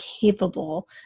capable